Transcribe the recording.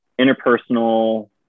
Interpersonal